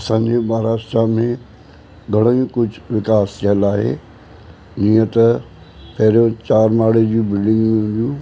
असांजे महाराष्ट्रा में घणो ई कुझु विकास थियलु आहे ईअं त पहिरीं चार माड़े जूं बिल्डिंगू हुयूं